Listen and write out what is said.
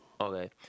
Okay